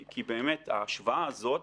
כי באמת ההשוואה הזאת